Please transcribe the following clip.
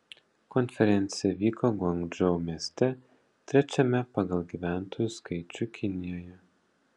konferencija vyko guangdžou mieste trečiame pagal gyventojų skaičių kinijoje